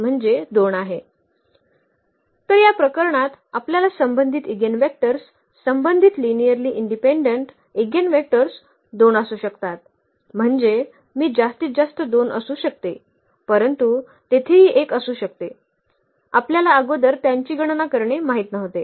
तर या प्रकरणात आपल्याला संबंधित इगेनवेक्टर्स संबंधित लिनिअर्ली इंडिपेंडेंट इगेनवेक्टर्स 2 असू शकतात म्हणजे मी जास्तीत जास्त 2 असू शकते परंतु तेथेही एक असू शकते आपल्याला अगोदर त्यांची गणना करणे माहित नव्हते